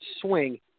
swing